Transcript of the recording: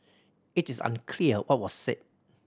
it is unclear what was said